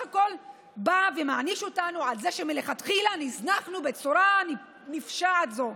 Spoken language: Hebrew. הכול בא ומעניש אותנו על זה שמלכתחילה נזנחנו בצורה נפשעת זו.